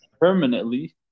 permanently